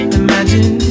imagine